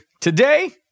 today